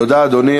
תודה, אדוני.